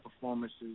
performances